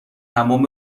تمام